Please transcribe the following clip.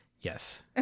yes